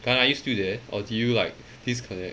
are you still there or did you like disconnect